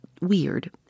weird